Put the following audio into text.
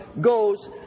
goes